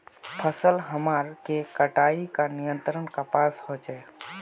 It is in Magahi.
फसल हमार के कटाई का नियंत्रण कपास होचे?